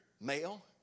male